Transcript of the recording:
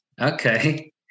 Okay